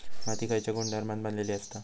माती खयच्या गुणधर्मान बनलेली असता?